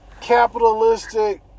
capitalistic